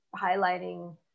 highlighting